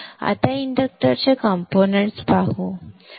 आता इंडक्टरचे कंपोनेंट्स पाहू